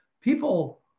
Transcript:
people